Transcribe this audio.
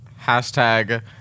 Hashtag